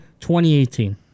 2018